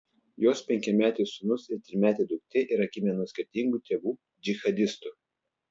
jos penkiametis sūnus ir trimetė duktė yra gimę nuo skirtingų tėvų džihadistų